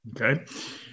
Okay